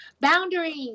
boundaries